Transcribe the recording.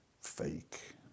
fake